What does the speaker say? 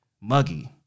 Muggy